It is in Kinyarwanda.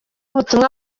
ubutumwa